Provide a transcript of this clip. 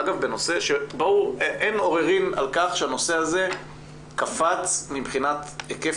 אגב אין עוררין על כך שהנושא הזה קפץ מבחינת היקף